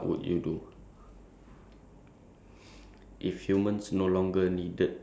um if humans no longer needed to work to survive